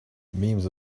memes